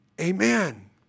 Amen